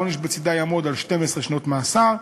שהעונש בצדה יעמוד על 12 שנות מאסר.